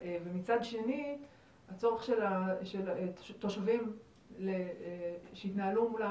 ומצד שני הצורך של תושבים שיתנהלו מולם